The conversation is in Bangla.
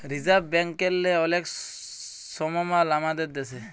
রিজাভ ব্যাংকেরলে অলেক সমমাল আমাদের দ্যাশে